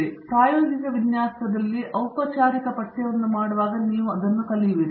ನೀವು ಪ್ರಾಯೋಗಿಕ ವಿನ್ಯಾಸದಲ್ಲಿ ಔಪಚಾರಿಕ ಪಠ್ಯವನ್ನು ಮಾಡುವಾಗ ನೀವು ಕಲಿಯುವಿರಿ